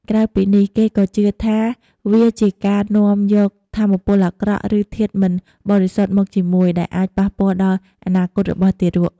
ក្រៅពីនេះ គេក៏ជឿថាវាជាការនាំយកថាមពលអាក្រក់ ឬធាតុមិនបរិសុទ្ធមកជាមួយ ដែលអាចប៉ះពាល់ដល់អនាគតរបស់ទារក។